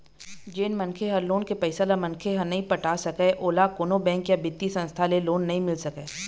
जेन मनखे ह लोन के पइसा ल मनखे ह नइ पटा सकय ओला कोनो बेंक या बित्तीय संस्था ले लोन नइ मिल सकय